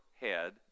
head